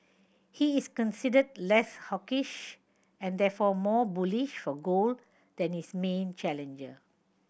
he is considered less hawkish and therefore more bullish for gold than his main challenger